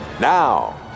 Now